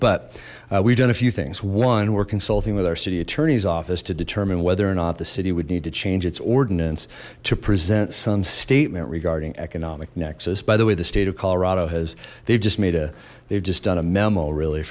we've done a few things one we're consulting with our city attorney's office to determine whether or not the city would need to change its ordinance to present some statement regarding economic nexus by the way the state of colorado has they've just made a they've just done a memo really